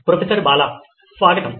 professor Bala స్వాగతం